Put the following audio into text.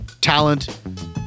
talent